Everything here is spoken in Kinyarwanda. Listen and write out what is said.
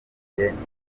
inyarwanda